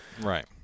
Right